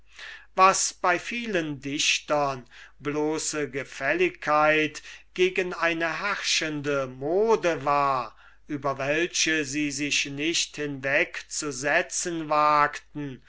was bei vielen dichtern bloße gefälligkeit gegen eine herrschende mode war über welche sie sich nicht hinwegzusetzen wagten